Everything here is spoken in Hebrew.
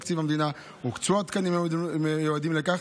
תקציב המדינה הוקצו התקנים המיועדים לכך,